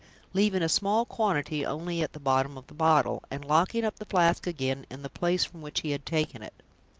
leaving a small quantity only at the bottom of the bottle, and locking up the flask again in the place from which he had taken it.